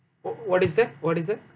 wh~ what is that what is that